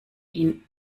ihn